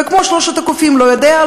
וכמו שלושת הקופים: לא יודע,